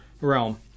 realm